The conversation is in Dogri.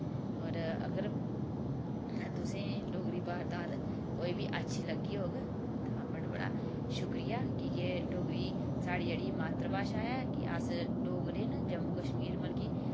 और अगर तुसें डोगरी बारदात कोई बी अच्छी लग्गी होग तां बड़ा बड़ा शुक्रिया की के डोगरी साढ़ी जेह्ड़ी मात्तर भाशा ऐ कि अस डोगरे न जम्मू कश्मीर मतलब की